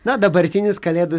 na dabartinis kalėdų